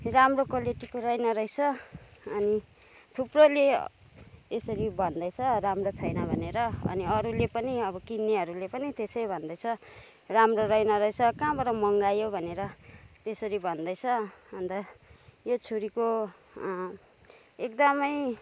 राम्रो क्वालिटीको रहेन रहेछ अनि थुप्रोले यसरी भन्दैछ राम्रो छैन भनेर अनि अरूले पनि अब किन्नेहरूले पनि त्यसै भन्दैछ राम्रो छैन रहेछ कहाँबाट मगायो भनेर त्यसरी भन्दैछ अन्त यो छुरीको एकदमै